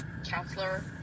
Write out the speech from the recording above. counselor